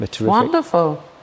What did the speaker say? wonderful